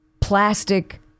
plastic